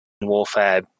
warfare